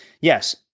Yes